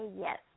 yes